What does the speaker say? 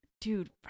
dude